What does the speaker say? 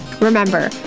Remember